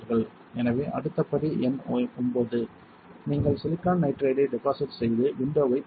எனவே அடுத்த படி எண் 9 நீங்கள் சிலிக்கான் நைட்ரைடை டெபாசிட் செய்து விண்டோவைத் திறக்க வேண்டும்